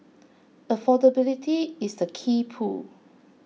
affordability is the key pull